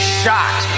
shot